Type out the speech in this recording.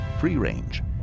free-range